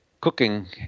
cooking